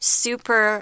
super